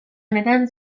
honetan